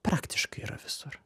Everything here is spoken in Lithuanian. praktiškai yra visur